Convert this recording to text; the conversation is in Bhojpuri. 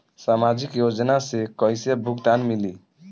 सामाजिक योजना से कइसे भुगतान मिली?